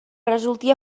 resulti